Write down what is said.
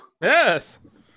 Yes